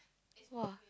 !wah!